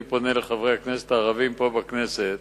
אני פונה לחברי הכנסת הערבים פה בכנסת.